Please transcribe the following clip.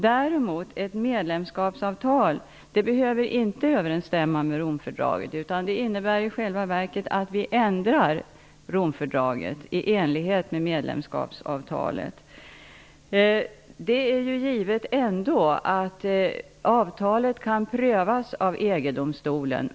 Däremot behöver ett medlemskapsavtal inte överensstämma med Romfördraget. Det innebär i själva verket att vi ändrar Romfördraget i enlighet med medlemskapsavtalet. Det är ändå givet att avtalet kan prövas av EG domstolen.